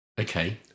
Okay